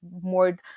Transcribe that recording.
more